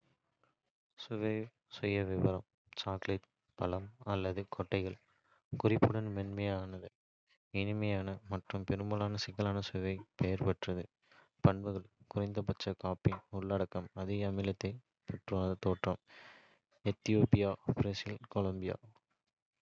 அரபிகா. சுவை சுயவிவரம் சாக்லேட், பழம் அல்லது கொட்டைகள் குறிப்புகளுடன் மென்மையான, இனிமையான. மற்றும் பெரும்பாலும் சிக்கலான சுவைக்கு பெயர் பெற்றது. பண்புகள் குறைந்த காஃபின் உள்ளடக்கம், அதிக அமிலத்தன்மை. பொதுவான தோற்றம் எத்தியோப்பியா, பிரேசில், கொலம்பியா.